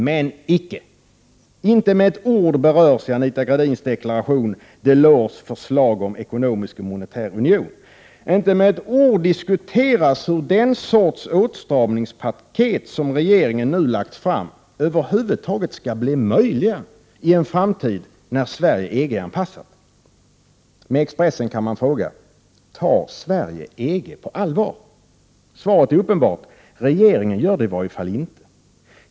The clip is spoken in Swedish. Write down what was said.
Men icke — inte med ett ord berörs i Anita Gradins deklaration Delors förslag om ekonomisk och monetär union, inte med ett ord diskuteras hur den sorts åtstramningspaket som regeringen nu har lagt fram över huvud taget skall bli möjligt i en framtid då Sverige är EG-anpassat. Med Expressen kan man fråga: Tar Sverige EG på allvar? Svaret är uppenbart: Regeringen gör det i varje fall inte.